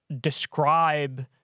describe